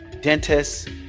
dentists